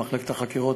למחלקת החקירות,